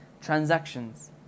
transactions